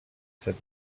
said